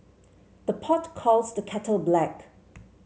the pot calls the kettle black